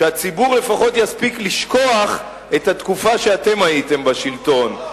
שהציבור לפחות יספיק לשכוח את התקופה שאתם הייתם בשלטון,